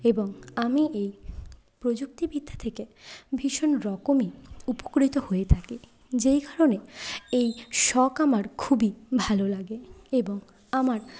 এবং আমি এই প্রযুক্তিবিদ্যা থেকে ভীষণ রকমে উপকৃত হয়ে থাকি যেই কারণে এই শখ আমার খুবই ভাল লাগে এবং আমার